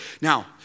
Now